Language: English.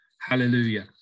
Hallelujah